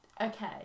Okay